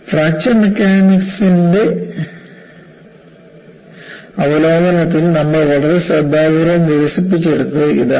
fracture മെക്കാനിക്സിന്റെ അവലോകനത്തിൽ നമ്മൾ വളരെ ശ്രദ്ധാപൂർവ്വം വികസിപ്പിച്ചെടുത്തത് ഇതാണ്